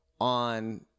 on